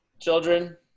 Children